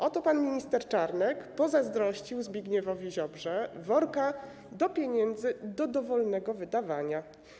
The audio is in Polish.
Oto pan minister Czarnek pozazdrościł Zbigniewowi Ziobrze worka pieniędzy do dowolnego wydawania.